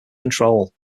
control